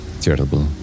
terrible